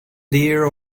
dear